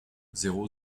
zéro